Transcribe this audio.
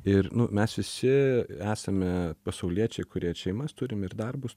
ir nu mes visi esame pasauliečiai kurie ir šeimas turim ir darbus